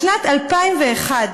בשנת 2001,